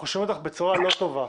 אנחנו שומעים אותך בצורה לא טובה.